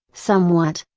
somewhat,